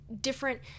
different